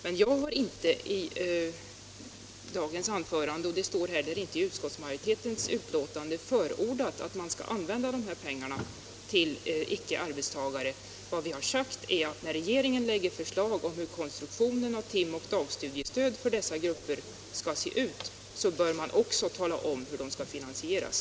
Men jag har inte i dagens anförande förordat — och det står heller inte någonting om det i utskottsmajoritetens betänkande —- att man skall använda de här pengarna till icke arbetstagare. Vad vi har sagt är att när regeringen lägger förslag om hur konstruktionen av tim och dagstudiestöd för dessa grupper skall se ut, bör man också tala om hur det skall finansieras.